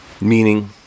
Meaning